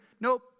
Nope